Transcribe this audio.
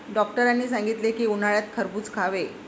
डॉक्टरांनी सांगितले की, उन्हाळ्यात खरबूज खावे